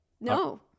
No